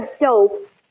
dope